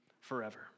forever